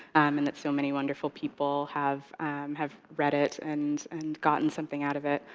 and that so many wonderful people have have read it, and and gotten something out of it.